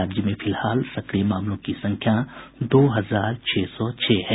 राज्य में फिलहाल सक्रिय मामलों की संख्या दो हजार छह सौ छह है